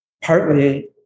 partly